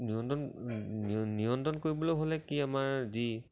নিয়ন্ত্ৰণ নিয়ন্ত্ৰণ কৰিবলৈ হ'লে কি আমাৰ যি